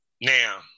Now